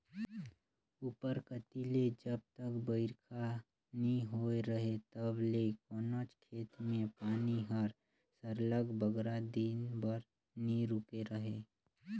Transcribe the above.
उपर कती ले जब तक बरिखा नी होए रहें तब ले कोनोच खेत में पानी हर सरलग बगरा दिन बर नी रूके रहे